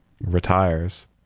retires